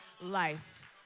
life